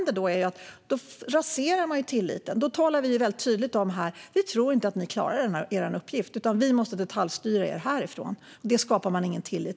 Då raseras tilliten, och vi säger tydligt att vi inte tror att de klarar uppgiften. Då måste det ske detaljstyrning från riksdagen. Det skapar inte tillit.